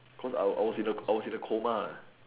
cause I I was in A_I was in a coma